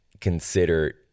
consider